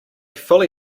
fully